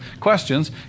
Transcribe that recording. questions